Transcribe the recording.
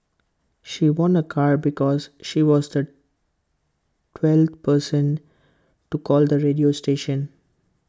she won A car because she was the twelfth person to call the radio station